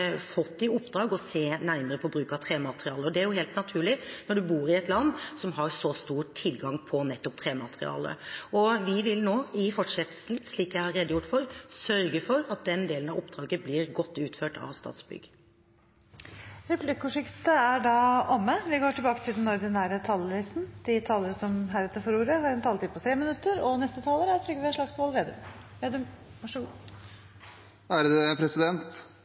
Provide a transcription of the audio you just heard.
fått i oppdrag å se nærmere på bruk av trematerialer. Det er helt naturlig når vi bor i et land som har så stor tilgang på nettopp trematerialer. Vi vil nå, i fortsettelsen, slik jeg har redegjort for, sørge for at den delen av oppdraget blir godt utført av Statsbygg. Replikkordskifte er omme. De talere som heretter får ordet, har en taletid på inntil 3 minutter. Det er en stor seier for norsk trenæring at et samlet storting i denne stortingsperioden slutter seg til at tre